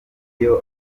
ayo